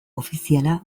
ofiziala